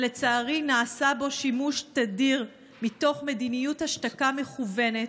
שלצערי נעשה בו שימוש תדיר מתוך מדיניות השתקה מכוונת,